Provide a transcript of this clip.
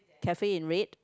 cafe in red